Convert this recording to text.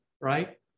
right